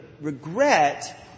regret